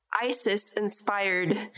ISIS-inspired